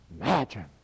Imagine